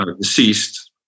deceased